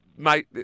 Mate